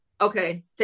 okay